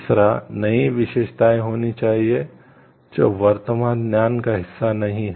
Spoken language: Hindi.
तीसरा नई विशेषताएं होनी चाहिए जो वर्तमान ज्ञान का हिस्सा नहीं हैं